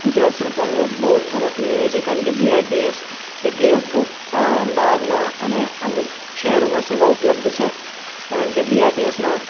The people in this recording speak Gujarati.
ગુજરાત સરકારનો એક બહુ જ સરસ નિર્ણય છે કારણકે કે બીઆરટીએસ એટલી અદભૂત અમદાવાદમાં અને અમૂક શહેરોમાં સેવા ઉપલબ્ધ છે કારણ કે બીઆરટીએસ માં